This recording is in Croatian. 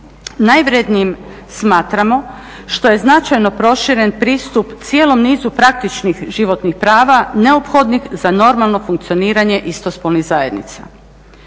Najvrednijim smatramo što je značajno proširen pristup cijelom nizu praktičnih životnih prava neophodnih za normalno funkcioniranje istospolnih zajednica.